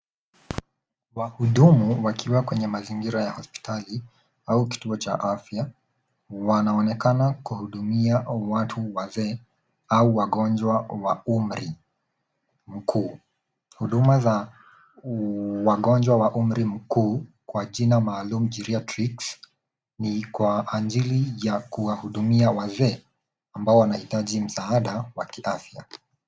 Wahudumu wakiwa kwenye mazingira ya hospitali au kituo cha afya wanaonekana kuwa hudumia watu wazee au wagonjwa wa umri mkuu. Huduma za wagonjwa wa umri mkuu, kwa jina maalumu Jiria tricks, ni kwa ajili ya kuwa hudumia wazee ambao wanahitaji msaada wa kiafya.